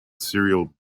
cereal